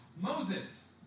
Moses